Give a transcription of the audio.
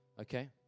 Okay